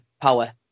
power